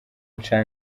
nca